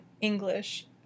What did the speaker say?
English